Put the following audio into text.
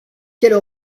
quelle